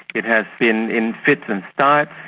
it has been in fits and starts,